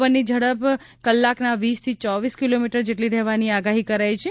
પવનની ઝડપ કલાકના વીસ થી ચોવીસ કિલોમીટર જેટલી રહેવાની આગાહી કરાઈ છે